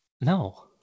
No